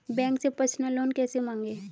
Bank से personal loan कैसे मांगें?